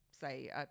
say